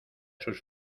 sus